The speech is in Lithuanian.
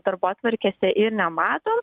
darbotvarkėse ir nematom